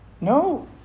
No